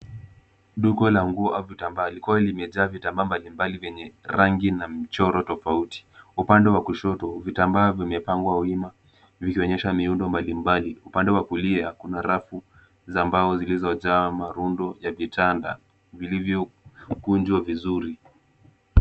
Duka la nguo au vitambaa likiwa limejaa vitambaa mbalimbali vyenye rangi na mchoro tofauti. Upande wa kushoto vitambaa vimepangwa wima vikionyesha miundo mbalimbali, upande wa kulia kuna rafu za mbao zilizojaa marundo ya vitanda vilivyokunjwa vizuri.